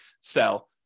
sell